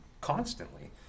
constantly